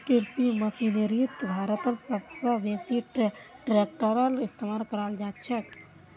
कृषि मशीनरीत भारतत सब स बेसी ट्रेक्टरेर इस्तेमाल कराल जाछेक